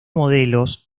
modelos